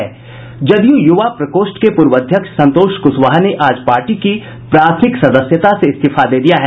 जदयू युवा प्रकोष्ठ के पूर्व अध्यक्ष संतोष कुशवाहा ने आज पार्टी की प्राथमिक सदस्यता से इस्तीफा दे दिया है